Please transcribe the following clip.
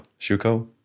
Shuko